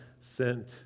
sent